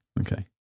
Okay